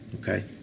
Okay